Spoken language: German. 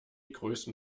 größten